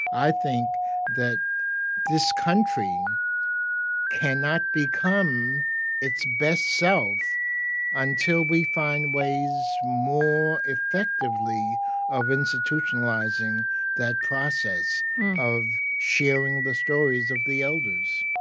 i think that this country cannot become its best self until we find ways more effectively of institutionalizing that process of sharing the stories of the elders